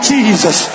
Jesus